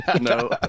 no